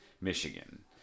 Michigan